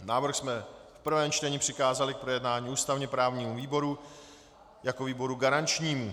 Návrh jsme v prvém čtení přikázali k projednání ústavněprávnímu výboru jako výboru garančnímu.